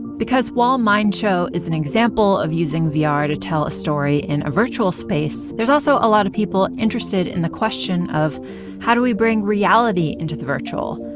because while mind show is an example of using ah vr to tell a story in a virtual space. there's also a lot of people interested in the question of how do we bring reality into the virtual?